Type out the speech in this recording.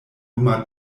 luma